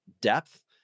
Depth